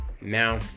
Now